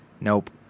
Nope